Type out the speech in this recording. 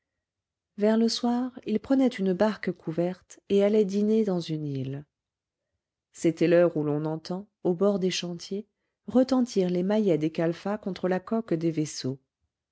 vers le soir ils prenaient une barque couverte et allaient dîner dans une île c'était l'heure où l'on entend au bord des chantiers retentir le maillet des calfats contre la coque des vaisseaux